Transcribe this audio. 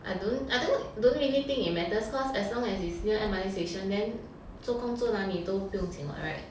I don't I don't I don't really think it matters cause as long as it's near M_R_T station then 做工做哪里都不用紧 [what] [right]